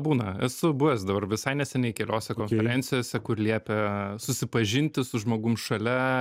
būna esu buvęs dabar visai neseniai keliose konferencijose kur liepia susipažinti su žmogum šalia